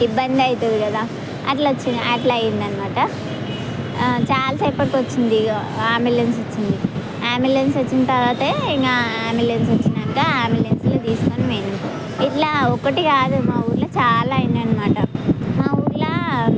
ఇబ్బంది అవుతుంది కదా అట్ల వచ్చింది అట్ల అయింది అన్నమాట చాలా సేపటికి వచ్చింది ఇక అంబులెన్స్ వచ్చింది అంబులెన్స్ వచ్చిన తర్వాత ఇక అంబులెన్స్ వచ్చినాక అంబులెన్స్లో తీసుకొని పోయినాం ఇట్లా ఒకటి కాదు మా ఊళ్ళో చాలా అయినాయి మాట మా ఊళ్ళ